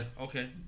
Okay